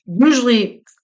Usually